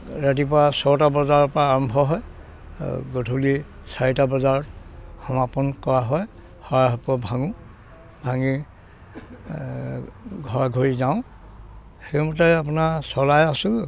ৰাতিপুৱা ছটা বজাৰ পৰা আৰম্ভ হয় গধূলি চাৰিটা বজাত সমাপন কৰা হয় শৰাই সঁফুৰা ভাঙো ভাঙি ঘৰা ঘৰি যাওঁ সেইমতে আপোনাৰ চলাই আছোঁ